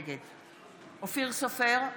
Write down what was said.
נגד אופיר סופר,